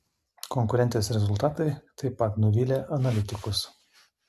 konkurentės rezultatai taip pat nuvylė analitikus